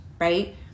right